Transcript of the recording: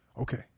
Okay